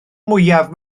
mwyaf